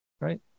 right